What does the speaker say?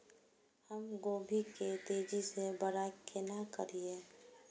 हम गोभी के तेजी से बड़ा केना करिए?